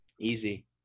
Easy